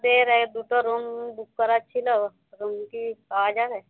দুটো room book করার ছিল এখন কি পাওয়া যাবে